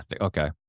okay